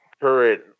current